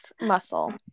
muscle